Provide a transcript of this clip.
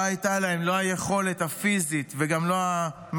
לא הייתה להם לא היכולת הפיזית וגם לא המנטלית,